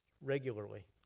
regularly